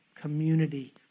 community